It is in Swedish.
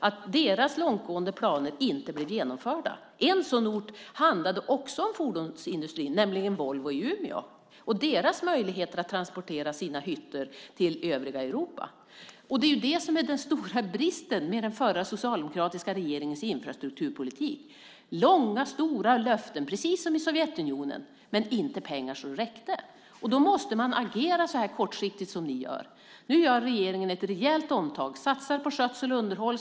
Det blev i stället, det må vara rätt eller fel, Trollhättan. En av orterna gällde fordonsindustrin, nämligen Volvo i Umeå och deras möjligheter att transportera sina hytter till övriga Europa. Den stora bristen med den förra socialdemokratiska regeringens infrastrukturpolitik var att man gav långsiktiga och stora löften, precis som i det tidigare Sovjetunionen, men inte pengar så det räckte. Och då måste man agera så kortsiktigt som ni gör. Nu gör regeringen ett rejält omtag och satsar på skötsel och underhåll.